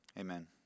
Amen